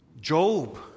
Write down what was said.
Job